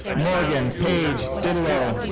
morgan paige didelot.